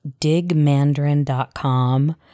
digmandarin.com